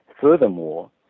Furthermore